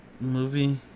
movie